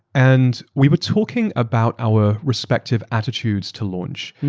and we were talking about our respective attitudes to launch.